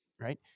Right